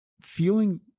feeling